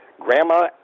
Grandma